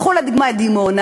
קחו לדוגמה את דימונה.